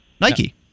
Nike